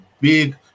big